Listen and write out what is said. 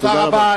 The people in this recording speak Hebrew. תודה רבה.